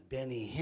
Benny